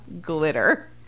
glitter